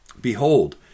Behold